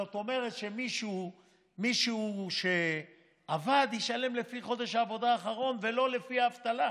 זאת אומרת שמי שעבד ישלם לפי חודש העבודה האחרון ולא לפי האבטלה.